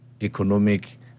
economic